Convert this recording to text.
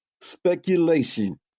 speculation